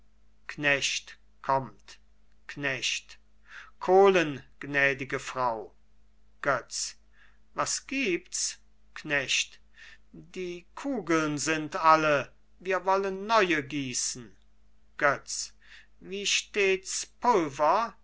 knecht kohlen gnädige frau götz was gibt's knecht die kugeln sind alle wir wollen neue gießen götz wie steht's pulver